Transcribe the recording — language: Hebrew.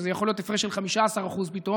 וזה יכול להיות הפרש של 15% פתאום,